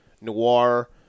noir